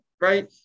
right